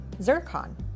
zircon